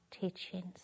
teachings